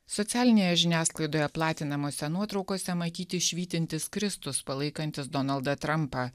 socialinėje žiniasklaidoje platinamose nuotraukose matyti švytintis kristus palaikantis donaldą trumpą